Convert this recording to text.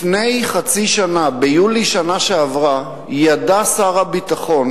לפני חצי שנה, ביולי שנה שעברה, ידע שר הביטחון